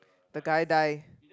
the guy die